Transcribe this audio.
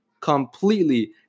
completely